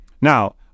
Now